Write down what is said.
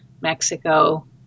Mexico